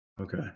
Okay